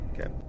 Okay